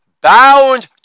Bound